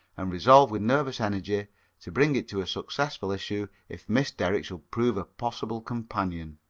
and resolved with nervous energy to bring it to a successful issue, if miss derrick should prove a possible companion.